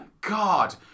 God